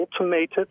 automated